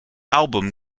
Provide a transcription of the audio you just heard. album